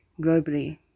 globally